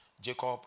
Jacob